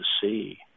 see